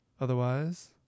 otherwise